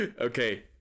okay